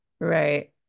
Right